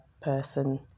person